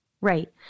right